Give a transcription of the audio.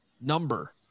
number